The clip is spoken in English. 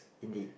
indeed